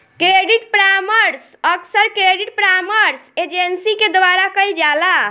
credit परामर्श अक्सर credit परामर्श एजेंसी के द्वारा कईल जाला